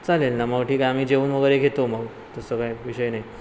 चालेल ना मग ठीक आहे आम्ही जेवून वगैरे घेतो मग तसं काही विषय नाही